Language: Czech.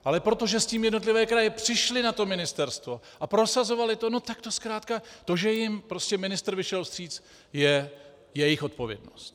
Ale protože s tím jednotlivé kraje přišly na ministerstvo a prosazovaly to, no tak zkrátka to, že jim prostě ministr vyšel vstříc, je jejich odpovědnost.